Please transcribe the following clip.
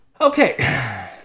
okay